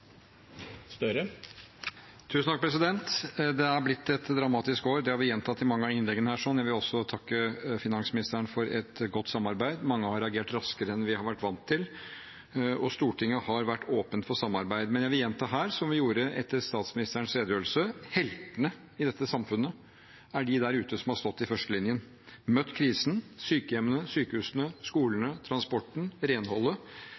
gjentatt i mange av innleggene her. Jeg vil også takke finansministeren for et godt samarbeid. Mange har reagert raskere enn vi har vært vant til, og Stortinget har vært åpent for samarbeid. Men jeg vil gjenta her, som etter statsministerens redegjørelse, at heltene i dette samfunnet er dem der ute som har stått i førstelinjen og møtt krisen: sykehjemmene, sykehusene, skolene, transporten, renholdet.